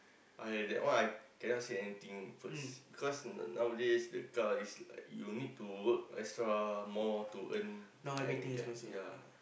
I that one I cannot say anything cause because nowadays the car is you need to work extra more to earn and get ya